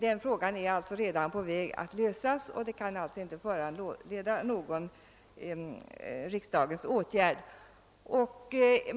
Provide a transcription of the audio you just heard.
Det problemet är alltså redan på väg att lösas och kan alltså inte föranleda någon riksdagens åtgärd.